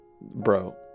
Bro